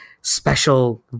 special